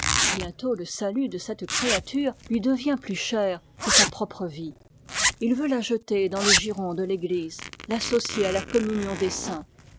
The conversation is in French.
bientôt le salut de cette créature lui devient plus cher que sa propre vie il veut la jeter dans le giron de l'église et l'associer à la communion des saints